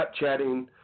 snapchatting